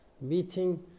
meeting